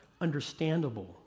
understandable